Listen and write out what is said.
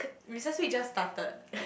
recess week just started